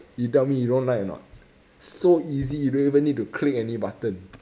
you tell me you don't like or not so easy don't even need to click any button